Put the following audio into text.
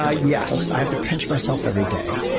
ah yes, i have to pinch myself every day.